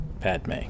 Padme